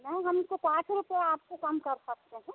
नहीं हम तो पाँच रुपया आपको कम कर सकते हैं